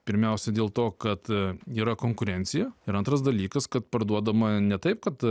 pirmiausia dėl to kad yra konkurencija ir antras dalykas kad parduodama ne taip kad